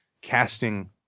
casting